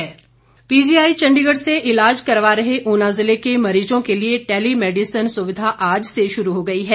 tally medicine PGI Chandigarh से इलाज करवा रहे ऊना ज़िले के मरीजों के लिए टैली मैडिसन सुविधा आज से शुरू हो गई है